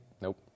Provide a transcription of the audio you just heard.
Nope